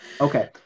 Okay